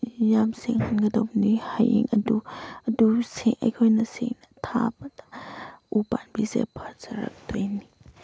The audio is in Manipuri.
ꯌꯥꯝ ꯁꯦꯡꯅ ꯇꯧꯕꯅꯤ ꯍꯌꯦꯡ ꯑꯗꯨ ꯑꯗꯨ ꯑꯩꯈꯣꯏꯅ ꯁꯦꯡꯅ ꯊꯥꯕꯗ ꯎ ꯄꯥꯝꯕꯤꯁꯦ ꯐꯖꯔꯛꯇꯣꯏꯅꯤ